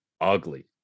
ugly